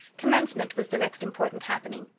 commencement was the next important happening.